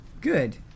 Good